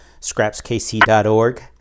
scrapskc.org